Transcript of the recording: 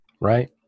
Right